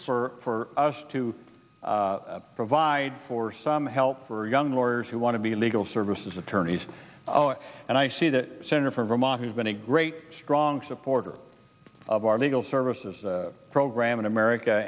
sir for us to provide for some help for young lawyers who want to be legal services attorneys and i see the senator from vermont has been a great strong supporter of our legal services program in america